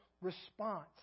response